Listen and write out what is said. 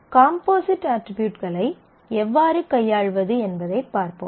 composite அட்ரிபியூட்களை எவ்வாறு கையாள்வது என்பதைப் பார்ப்போம்